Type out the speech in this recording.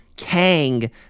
Kang